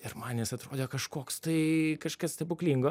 ir man jis atrodė kažkoks tai kažkas stebuklingo